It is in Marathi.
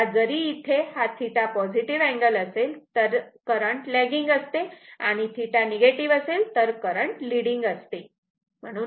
आता जरी इथे θ हा पॉझिटिव्ह अँगल असेल तर करंट लेगिंग असते आणि जर θ निगेटिव्ह असेल तर करंट लीडिंग असते